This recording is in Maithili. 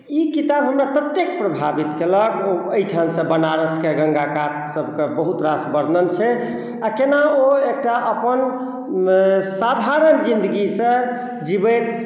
ई किताब हमरा तते प्रभावित केलक एहिठाम से बनारस के गंगा कात सबके बहुत रास वर्णन छै आ केना ओ एकटा अपन साधारण जिन्दगी सॅं जीवैत